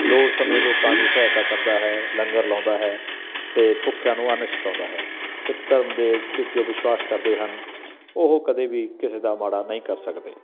ਲੋੜ ਸਮੇਂ ਲੋਕਾਂ ਦੀ ਸਹਾਇਤਾ ਕਰਦਾ ਹੈ ਲੰਗਰ ਲਾਉਂਦਾ ਹੈ ਅਤੇ ਭੁੱਖਿਆਂ ਨੂੰ ਅੰਨ ਛਕਾਉਂਦਾ ਹੈ ਸਿੱਖ ਧਰਮ ਦੇ ਜੋ ਵਿਸ਼ਵਾਸ ਕਰਦੇ ਹਨ ਉਹ ਕਦੇ ਵੀ ਕਿਸੇ ਦਾ ਮਾੜਾ ਨਹੀਂ ਕਰ ਸਕਦੇ